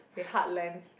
in heartlands